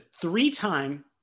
three-time